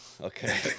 okay